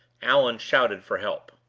allan shouted for help.